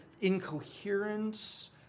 incoherence